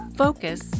Focus